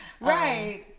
Right